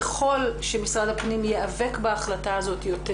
ככל שמשרד הפנים ייאבק בהחלטה הזאת יותר